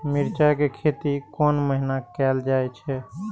मिरचाय के खेती कोन महीना कायल जाय छै?